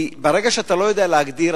כי ברגע שאתה לא יודע להגדיר,